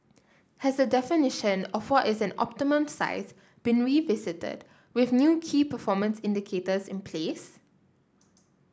has the definition of what is an optimal size been revisited with new key performance indicators in place